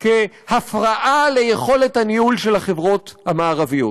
כהפרעה ליכולת הניהול של החברות המערביות,